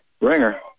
Ringer